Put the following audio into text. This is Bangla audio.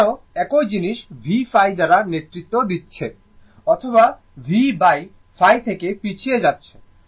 এখানেও একই জিনিস v ϕ দ্বারা নেতৃত্ব পাচ্ছে অথবা Vϕ থেকে পিছিয়ে যাচ্ছে